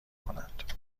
کنند